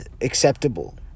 acceptable